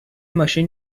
ماشین